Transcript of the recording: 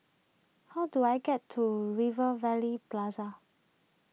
how do I get to Rivervale Plaza